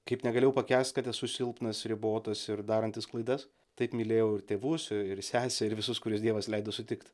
kaip negalėjau pakęst kad esu silpnas ribotas ir darantis klaidas taip mylėjau ir tėvus ir sesę ir visus kuriuos dievas leido sutikt